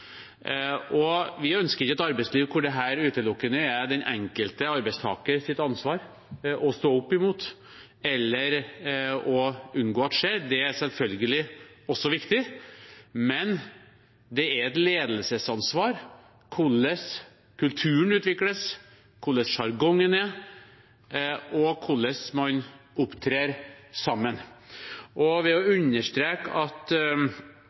Vi ønsker ikke et arbeidsliv der det utelukkende er den enkelte arbeidstakers ansvar å stå opp imot dette eller unngå at det skjer. Det er selvfølgelig også viktig, men det er et ledelsesansvar hvordan kulturen utvikles, hvordan sjargongen er, og hvordan man opptrer sammen. Det å understreke at det er ledelsens ansvar å legge til rette for at